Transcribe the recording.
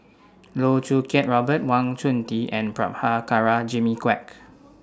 Loh Choo Kiat Robert Wang Chunde and Prabhakara Jimmy Quek